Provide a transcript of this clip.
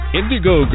Indigo